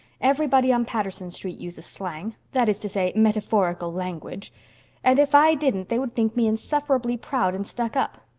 everybody on patterson street uses slang that is to say, metaphorical language and if i didn't they would think me insufferably proud and stuck up.